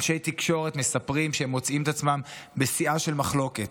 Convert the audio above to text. אנשי תקשורת מספרים שהם מוצאים את עצמם בשיאה של מחלוקת,